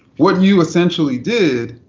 what you essentially did,